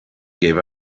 gave